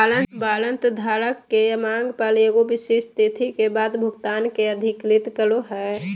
warrant धारक के मांग पर एगो विशिष्ट तिथि के बाद भुगतान के अधिकृत करो हइ